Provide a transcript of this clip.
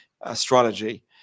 astrology